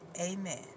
amen